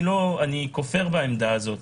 אני כופר בעמדה זו.